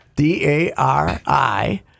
D-A-R-I